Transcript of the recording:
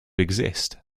exist